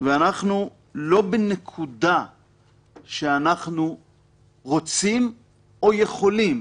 ואנחנו לא בנקודה שאנחנו רוצים או יכולים,